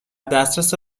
دسترس